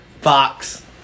Fox